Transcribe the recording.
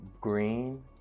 Green